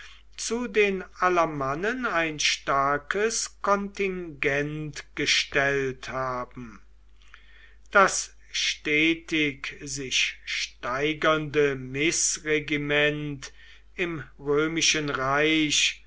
zu den alamannen ein starkes kontingent gestellt haben das stetig sich steigernde mißregiment im römischen reich